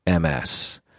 MS